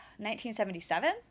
1977